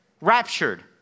Raptured